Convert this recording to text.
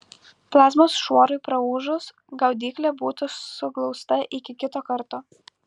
plazmos šuorui praūžus gaudyklė būtų suglausta iki kito karto